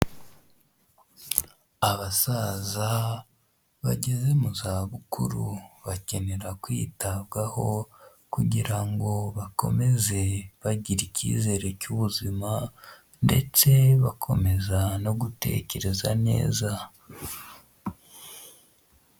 Abasaza bageze mu za bukuru bakenera kwitabwaho kugira ngo bakomeze bagira icyizere cy'ubuzima ndetse bakomeza no gutekereza neza.